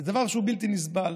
זה דבר שהוא בלתי נסבל.